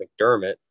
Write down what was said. McDermott